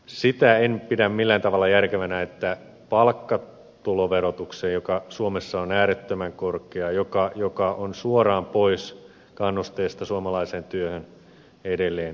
sitä en pidä millään tavalla järkevänä että palkkatuloverotusta joka suomessa on äärettömän korkea joka on suoraan pois kannusteesta suomalaiseen työhön edelleen kiristettäisiin